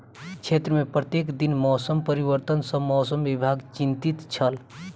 क्षेत्र में प्रत्येक दिन मौसम परिवर्तन सॅ मौसम विभाग चिंतित छल